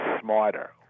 smarter